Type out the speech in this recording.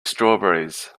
strawberries